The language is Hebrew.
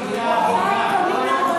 עורכי העיתונים,